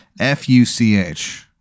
F-U-C-H